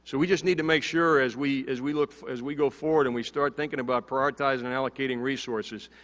so we just need to make sure as we as we look, as we go forward and we start thinking about prioritizing and allocating resources,